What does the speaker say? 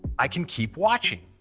i can keep watching.